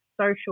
social